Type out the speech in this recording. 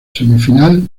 semifinal